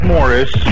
Morris